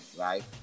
right